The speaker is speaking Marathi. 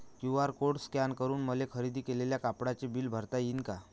क्यू.आर कोड स्कॅन करून मले खरेदी केलेल्या कापडाचे बिल भरता यीन का?